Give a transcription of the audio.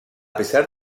pesar